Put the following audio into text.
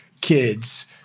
kids